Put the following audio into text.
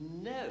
No